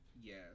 Yes